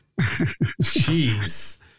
Jeez